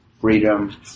freedom